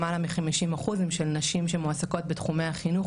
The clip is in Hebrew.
למעלה מ-50% הן של נשים שמועסקות בתחומי החינוך,